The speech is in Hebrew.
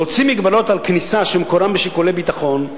להוציא מגבלות על כניסה שמקורן בשיקולי ביטחון,